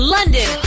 London